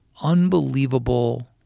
unbelievable